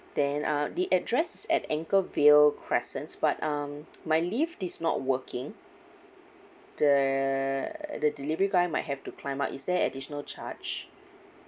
then uh the address at anchorvale crescent but um my lift is not working the the delivery guy might have to climb up is there additional charge